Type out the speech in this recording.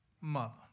mother